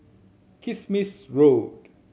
Kismis Road